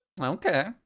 Okay